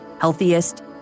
healthiest